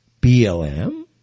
BLM